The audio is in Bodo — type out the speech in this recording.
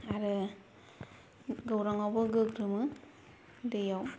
आरो गौरांआवबो गोग्रोमो दैयाव